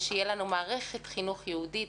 ושתהיה לנו מערכת חינוך יהודית,